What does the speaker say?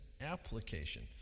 application